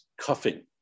cuffing